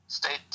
stay